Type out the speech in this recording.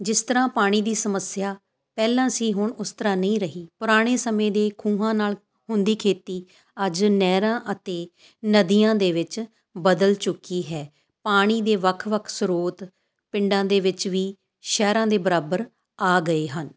ਜਿਸ ਤਰ੍ਹਾਂ ਪਾਣੀ ਦੀ ਸਮੱਸਿਆ ਪਹਿਲਾਂ ਸੀ ਹੁਣ ਉਸ ਤਰ੍ਹਾਂ ਨਹੀਂ ਰਹੀ ਪੁਰਾਣੇ ਸਮੇਂ ਦੇ ਖੂਹਾਂ ਨਾਲ ਹੁੰਦੀ ਖੇਤੀ ਅੱਜ ਨਹਿਰਾਂ ਅਤੇ ਨਦੀਆਂ ਦੇ ਵਿੱਚ ਬਦਲ ਚੁੱਕੀ ਹੈ ਪਾਣੀ ਦੇ ਵੱਖ ਵੱਖ ਸਰੋਤ ਪਿੰਡਾਂ ਦੇ ਵਿੱਚ ਵੀ ਸ਼ਹਿਰਾਂ ਦੇ ਬਰਾਬਰ ਆ ਗਏ ਹਨ